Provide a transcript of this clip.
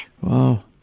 Wow